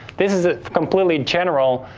this is a completely general,